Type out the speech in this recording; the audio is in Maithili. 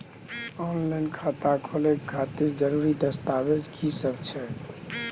ऑनलाइन खाता खोले खातिर जरुरी दस्तावेज की सब छै?